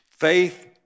Faith